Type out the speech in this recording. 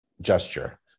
gesture